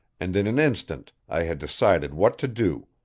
and in an instant i had decided what to do.